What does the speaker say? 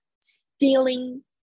stealing